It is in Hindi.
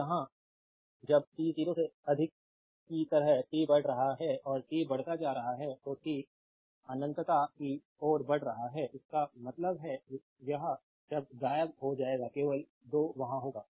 जब यहाँ जब t 0 से अधिक की तरह t बढ़ रहा है और t बढ़ता जा रहा है तो t अनन्तता की ओर बढ़ रहा है इसका मतलब है यह शब्द गायब हो जाएगा केवल 2 वहाँ होगा